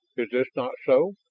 is this not so?